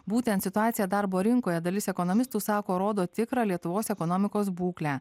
būtent situacija darbo rinkoje dalis ekonomistų sako rodo tikrą lietuvos ekonomikos būklę